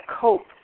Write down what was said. cope